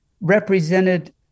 represented